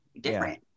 Different